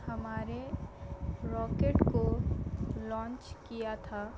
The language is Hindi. हमारे रॉकेट को लॉन्च किया था